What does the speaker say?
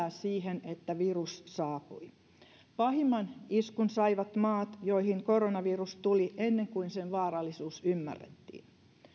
siihen että virus saapui pahimman iskun saivat maat joihin koronavirus tuli ennen kuin sen vaarallisuus ymmärrettiin